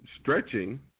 stretching